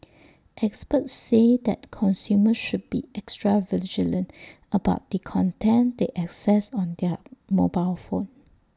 experts say that consumers should be extra vigilant about the content they access on their mobile phone